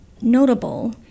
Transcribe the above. notable